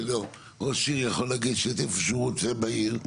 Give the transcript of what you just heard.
ראש עיר יכול לגשת לאיפה שהוא רוצה בעיר,